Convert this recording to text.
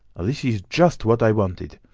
this is just what i wanted!